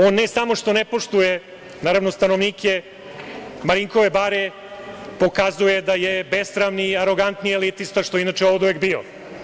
On ne samo što ne poštuje, naravno stanovnike Marinkove bare, pokazuje da je besramni, arogantni elitista, što je, inače oduvek i bio.